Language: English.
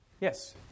yes